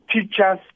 teachers